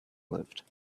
lived